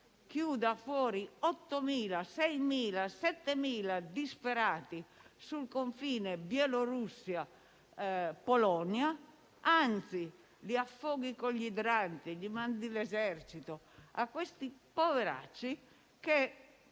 chiuda fuori 6.000, 7.000, 8.000 disperati sul confine Bielorussia-Polonia, e anzi li affoghi con gli idranti, che mandi l'esercito? Parliamo di poveracci che